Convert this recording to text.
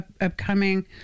upcoming